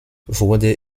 wurde